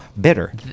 bitter